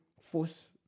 force